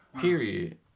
Period